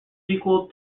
sequel